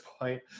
point